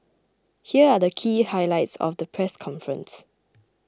here are the key highlights of the press conference